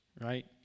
right